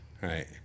Right